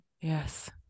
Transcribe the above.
yes